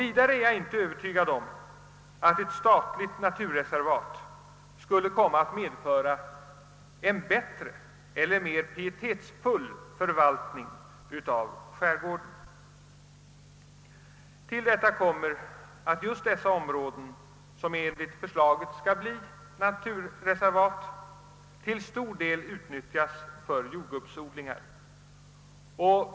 Vidare är jag inte övertygad om att ett statligt naturreservat skulle komma att medföra en bättre eller mer pietetsfull förvaltning av skärgården. Till detta kommer att just dessa områden, som enligt förslaget skall bli naturreservat, till stor del utnyttjas för jordgubbsodling.